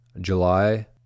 July